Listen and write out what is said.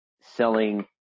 selling